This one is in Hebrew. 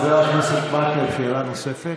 חבר הכנסת מקלב, שאלה נוספת.